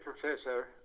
professor